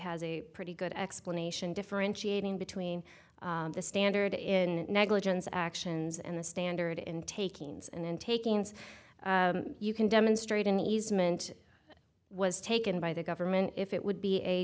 has a pretty good explanation differentiating between the standard in negligence actions and the standard in takings and in takings you can demonstrate an easement was taken by the government if it would be a